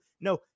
No